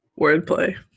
wordplay